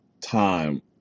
time